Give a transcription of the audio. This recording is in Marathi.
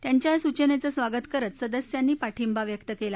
त्यांच्या या सूचनेचं स्वागत करत सदस्यांनी पाठिंबा व्यक्त् केला